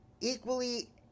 Equally